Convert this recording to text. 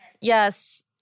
Yes